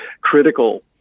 critical